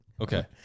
Okay